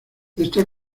esta